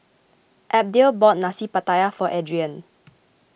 Abdiel bought Nasi Pattaya for Adrienne